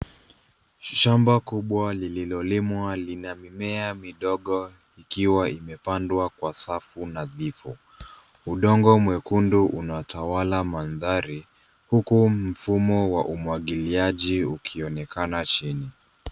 Shamba kubwa lililolimwa lina mimea midogo ikiwa imepandwa kwa safu nadhifu. Udongo mwekundu unatawala mandhari huku mfumo wa umwagiliaji ukionekana chini.